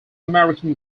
american